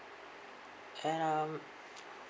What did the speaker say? and um